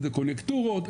איזה קולקטורות,